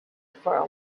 for